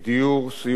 סיוע רפואי,